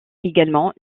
également